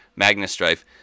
magnusstrife